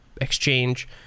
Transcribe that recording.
exchange